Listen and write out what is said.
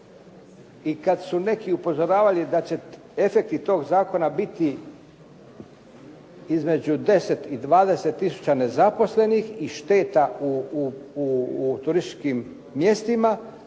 I kad su neki upozoravali da će efekti tog zakona biti između 10 i 20 tisuća nezaposlenih i šteta u turističkim mjestima